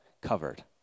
covered